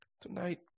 Tonight